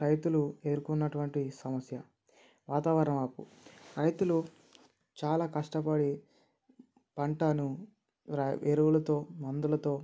రైతులు ఎదుర్కొన్నటటువంటి సమస్య వాతావరణ మార్పు రైతులు చాలా కష్టపడి పంటను ఎరువులతో మందులతో